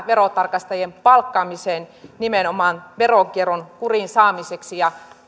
verotarkastajien palkkaamiseen nimenomaan veronkierron kuriin saamiseksi ja